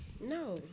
No